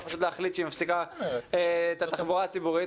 להחליט שהיא מפסיקה את התחבורה הציבורית.